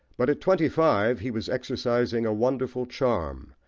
but at twenty-five he was exercising a wonderful charm,